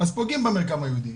אז פוגעים במרקם היהודי,